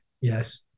Yes